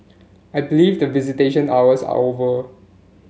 I believe the visitation hours are over